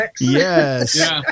yes